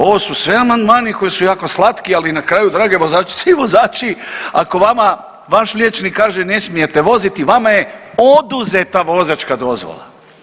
Ovo su sve amandmani koji su jako slatki, ali na kraju, drage vozačice i vozači, ako vama vaš liječnik kaže ne smijete voziti, vama je oduzeta vozačka dozvola.